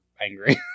Angry